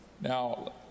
Now